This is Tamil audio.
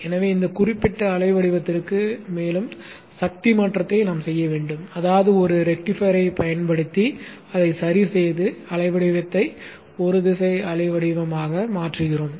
எனவே இந்த குறிப்பிட்ட அலை வடிவத்திற்கு மேலும் சக்தி மாற்றத்தை நாம் செய்ய வேண்டும் அதாவது ஒரு ரெக்டிஃபையரைப் பயன்படுத்தி அதை சரிசெய்து அலை வடிவத்தை ஒரு திசை அலை வடிவமாக மாற்றுகிறோம்